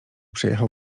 przejechał